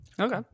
Okay